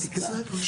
כן.